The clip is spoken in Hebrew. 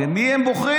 את מי הם בוחרים?